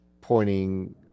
pointing